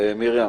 מרים,